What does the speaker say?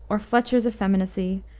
or fletcher's effeminacy,